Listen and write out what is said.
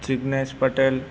Jignesh Patel